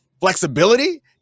flexibility